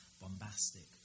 bombastic